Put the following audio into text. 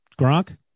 Gronk